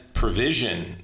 provision